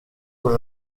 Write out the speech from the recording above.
quel